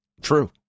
true